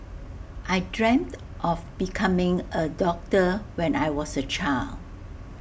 I dreamt of becoming A doctor when I was A child